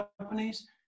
companies